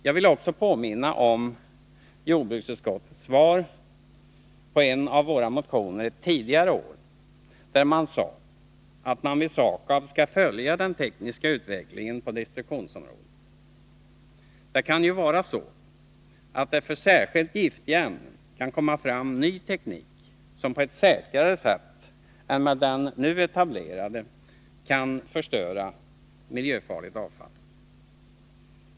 Jag vill också påminna om jordbruksutskottets svar på en av våra motioner ett tidigare år. Det förklarades att man vid SAKAB skall följa den tekniska utvecklingen på destruktionsområdet. Det kan ju vara så, att det för särskilt giftiga ämnen kan komma fram ny teknik med vilken man på ett säkrare sätt än med den nu etablerade kan förstöra miljfarligt avfall.